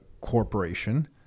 corporation